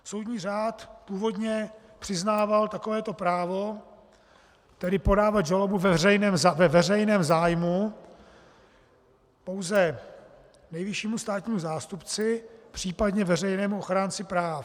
Soudní řád původně přiznával takovéto právo tedy podávat žalobu ve veřejném zájmu pouze nejvyššímu státnímu zástupci, případně veřejnému ochránci práv.